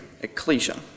ecclesia